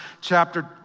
chapter